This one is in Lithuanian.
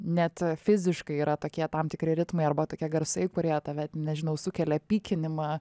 net fiziškai yra tokie tam tikri ritmai arba tokie garsai kurie tave nežinau sukelia pykinimą